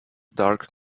dark